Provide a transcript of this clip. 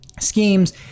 schemes